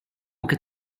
åker